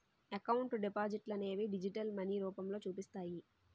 account డిపాజిట్లనేవి digital money రూపంలో చూపిస్తాయి